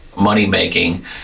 money-making